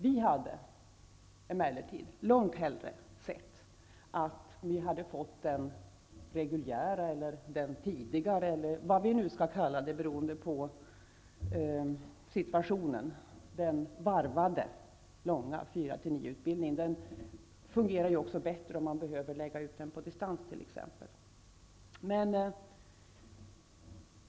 Vi hade emellertid långt hellre sett att den reguljära, den tidigare, den varvade -- eller vad den nu skall kallas för -- långa 4--9-utbildningen hade lagts ut på fler platser. Då hade den dessutom fungerat bättre vid distansundervisning.